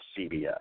CBS